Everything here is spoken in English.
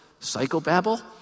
psychobabble